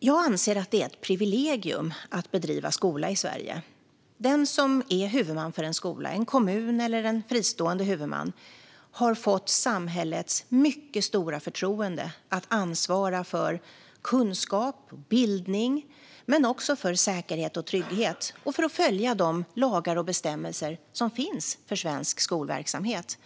Jag anser att det är ett privilegium att driva skola i Sverige. Den som är huvudman för en skola, oavsett om det är en kommun eller en fristående huvudman, har fått samhällets mycket stora förtroende att ansvara inte bara för kunskap och bildning utan även för säkerhet och trygghet - liksom att följa de lagar och bestämmelser som finns för svensk skolverksamhet.